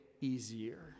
easier